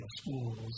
schools